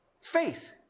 Faith